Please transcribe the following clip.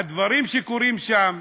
הדברים שקורים שם,